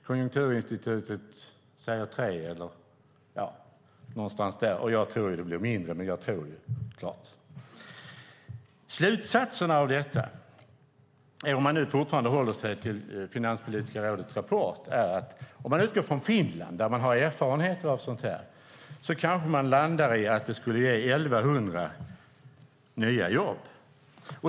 Konjunkturinstitutet säger att det blir någonstans runt 3 procent, och jag tror att det blir mindre. Slutsatserna av detta, om man nu fortfarande håller sig till Finanspolitiska rådets rapport, är att om man utgår från Finland som har erfarenhet av sådant här kanske man landar i att reformen skulle ge 1 100 nya jobb.